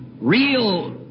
real